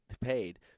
paid